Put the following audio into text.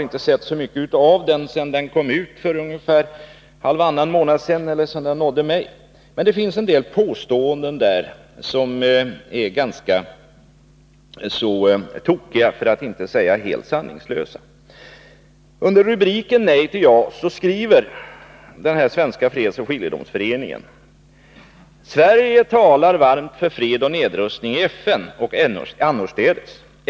Det finns en del påståenden i uppropet som är ganska tokiga för att inte säga helt sanningslösa. ”Sverige talar varmt för fred och nedrustning i FN och annorstädes.